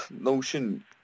notion